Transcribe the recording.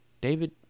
David